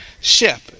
shepherd